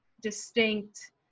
distinct